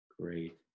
Great